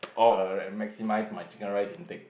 err and maximize my chicken rice intake